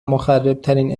مخربترین